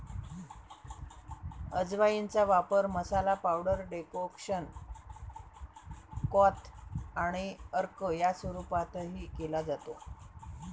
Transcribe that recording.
अजवाइनचा वापर मसाला, पावडर, डेकोक्शन, क्वाथ आणि अर्क या स्वरूपातही केला जातो